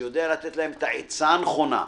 שיודע לתת להם את העצה הנכונה.